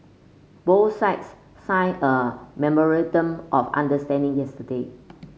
both sides signed a memorandum of understanding yesterday